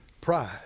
pride